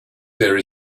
there